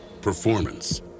performance